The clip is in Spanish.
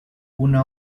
una